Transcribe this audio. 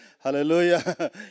Hallelujah